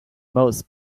most